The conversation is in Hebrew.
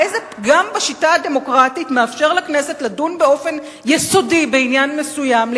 איזה פגם בשיטה הדמוקרטית מאפשר לכנסת לדון באופן יסודי בעניין מסוים,